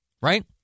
Right